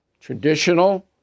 traditional